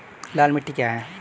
लाल मिट्टी क्या है?